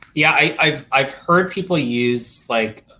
yeah, i've i've heard people use like